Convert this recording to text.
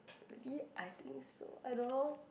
we I think so I don't know